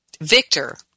victor